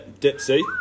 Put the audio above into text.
Dipsy